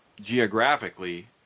geographically